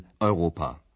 Europa